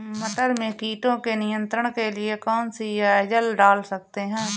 मटर में कीटों के नियंत्रण के लिए कौन सी एजल डाल सकते हैं?